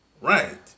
right